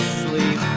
sleep